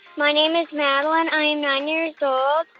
my name is madeline. i am nine years old.